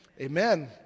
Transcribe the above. Amen